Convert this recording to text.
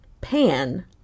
Pan